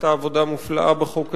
שעשתה עבודה מופלאה בחוק הזה,